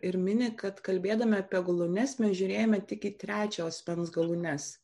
ir mini kad kalbėdami apie galūnes mes žiūrėjome tik į trečio asmens galūnes